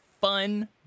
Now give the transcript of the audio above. fun